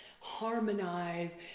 harmonize